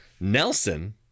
Nelson